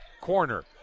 corner